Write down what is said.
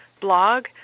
blog